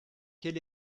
quel